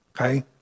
Okay